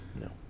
No